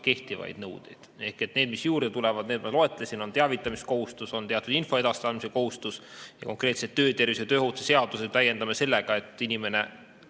kehtivaid nõudeid. Need, mis juurde tulevad, need ma loetlesin. On teavitamiskohustus, on teatud info edastamise kohustus ja konkreetselt töötervishoiu ja tööohutuse seadust me täiendamine sellega, et inimene